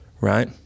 right